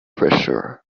pressure